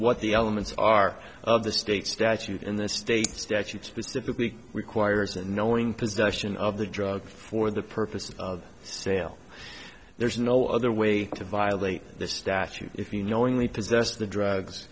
what the elements are of the state statute in the state statute specifically requires and knowing possession of the drug for the purposes of sale there's no other way to violate the statute if you knowingly possessed the drugs